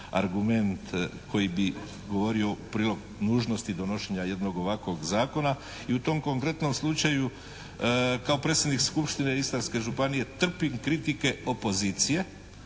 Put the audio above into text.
argument koji bi govorio u prilog nužnosti donošenja jednog ovakvog zakona i u tom konkretnom slučaju kao predsjednik skupštine Istarske županije trpim kritike opozicije